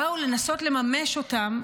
באו לנסות לממש אותם,